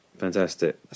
Fantastic